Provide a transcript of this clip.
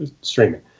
streaming